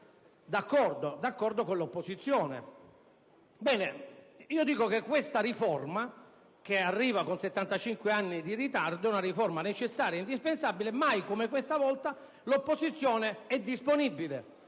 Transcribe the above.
d'accordo con l'opposizione. Bene, io ribadisco che questa riforma, che arriva con 75 anni di ritardo, è una riforma necessaria, indispensabile e che mai come questa volta l'opposizione è disponibile